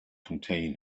contain